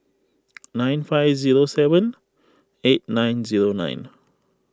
nine five zero seven eight nine zero nine